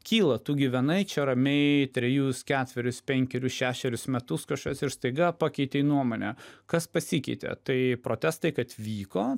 kyla tu gyvenai čia ramiai trejus ketverius penkerius šešerius metus kažkas ir staiga pakeitei nuomonę kas pasikeitė tai protestai kad vyko